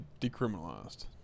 decriminalized